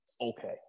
okay